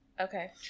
Okay